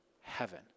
heaven